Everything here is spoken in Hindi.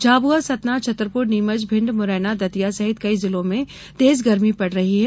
झाबुआ सतना छतरपुर नीमच भिण्ड मुरैना दतिया सहित कई जिलों में तेज गर्मी पड़ रही है